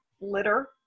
litter